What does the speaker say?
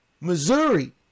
Missouri